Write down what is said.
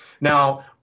Now